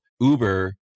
Uber